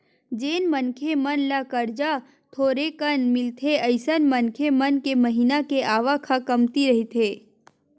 जेन मनखे मन ल करजा थोरेकन मिलथे अइसन मनखे मन के महिना के आवक ह कमती रहिथे